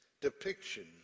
depiction